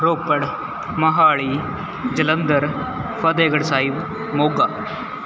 Ropar Mohali Jalandhar Fatehgarh Sahib Moga